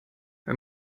hör